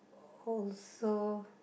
oh so